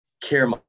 care